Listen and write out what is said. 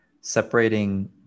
separating